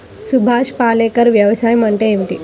సుభాష్ పాలేకర్ వ్యవసాయం అంటే ఏమిటీ?